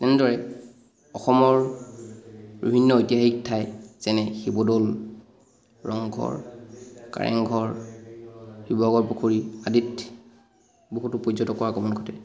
তেনেদৰে অসমৰ বিভিন্ন ঐতিহাসিক ঠাই যেনে শিৱদৌল ৰংঘৰ কাৰেংঘৰ শিৱসাগৰ পুখুৰী আদিত বহুতো পৰ্যটকৰ আগমন ঘটে